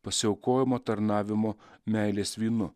pasiaukojamo tarnavimo meilės vynu